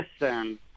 listen